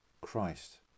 Christ